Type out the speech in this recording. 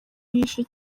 yishe